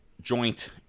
joint